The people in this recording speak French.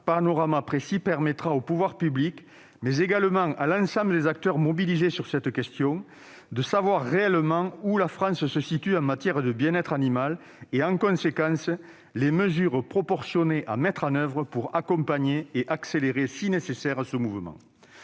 panorama précis permettra aux pouvoirs publics, mais également à l'ensemble des acteurs mobilisés sur cette question, de savoir réellement où la France se situe en matière de bien-être animal et de déterminer les mesures proportionnées à mettre en oeuvre pour accompagner et, si nécessaire, accélérer ce mouvement.